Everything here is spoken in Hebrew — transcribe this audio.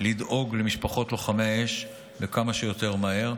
לדאוג למשפחות לוחמי האש, וכמה שיותר מהר.